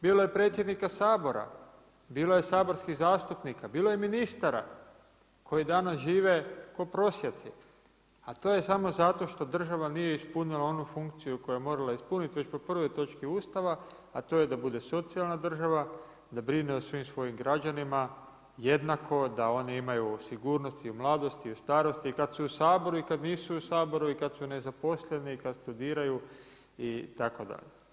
Bilo je predsjednika Sabora, bilo je saborskih zastupnika, bilo je ministara koji danas žive kao prosjaci, a to je samo zato što država nije ispunila onu funkciju koju je morala ispuniti već po 1. točci Ustava, a to je da bude socijalna država, da brine o svim svojim građanima jednako, da oni imaju sigurnost i u mladosti i u starosti, i kada su u Saboru i kada nisu u Saboru, i kada su nezaposleni, i kada studiraju itd.